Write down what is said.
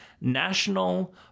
National